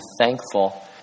thankful